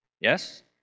Yes